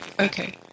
Okay